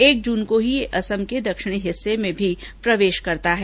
एक जून को ही यह असम के दक्षिणी हिस्से में भी प्रवेश करता है